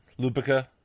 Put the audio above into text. Lupica